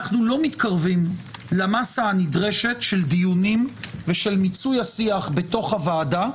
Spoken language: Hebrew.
אנחנו לא מתקרבים למסה הנדרשת של דיונים ושל מיצוי השיח בתוך הוועדה,